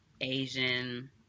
Asian